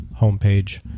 homepage